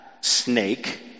snake